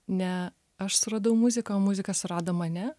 ne aš suradau muziką o muzika surado mane